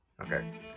Okay